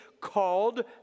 called